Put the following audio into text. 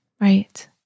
Right